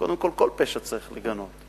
קודם כול, כל פשע צריך לגנות.